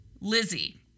lizzie